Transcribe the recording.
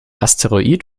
asteroid